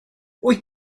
wyt